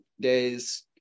days